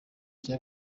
cya